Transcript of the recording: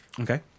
Okay